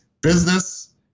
business